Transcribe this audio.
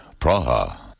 Praha